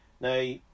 Now